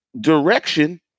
direction